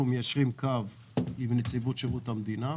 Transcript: מיישרים קו עם נציבות שירות המדינה.